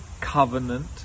covenant